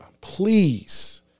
Please